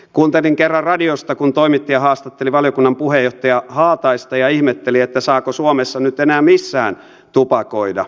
kuuntelin kerran radiosta kun toimittaja haastatteli valiokunnan puheenjohtaja haataista ja ihmetteli saako suomessa nyt enää missään tupakoida